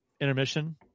intermission